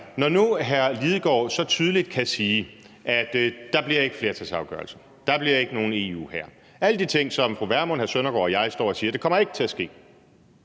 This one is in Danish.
Hr. Martin Lidegaard kan så tydeligt sige, at der ikke bliver flertalsafgørelser, der bliver ikke nogen EU-hær – alle de ting, som fru Pernille Vermund, hr. Søren Søndergaard og jeg står og siger. Det kommer ikke til at ske.